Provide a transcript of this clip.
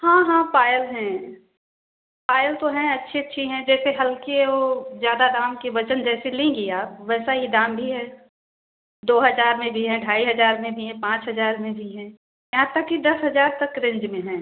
हाँ हाँ पायल हैं पायल तो हैं अच्छी अच्छी हैं जैसे हल्के वो ज़्यादा दाम के वजन जैसे लेंगी आप वैसा ही दाम भी है दो हज़ार में भी हैं ढाई हज़ार में भी हैं पाँच हज़ार में भी हैं यहाँ तक कि दस हज़ार तक रेंज में हैं